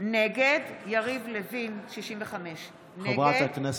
נגד אורית מלכה